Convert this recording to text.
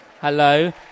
hello